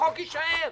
החוק יישאר.